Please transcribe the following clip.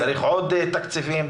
צריך עוד תקציבים,